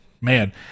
man